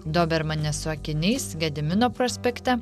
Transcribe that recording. dobermanas su akiniais gedimino prospekte